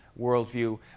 worldview